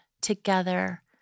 together